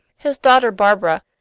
his daughter barbara,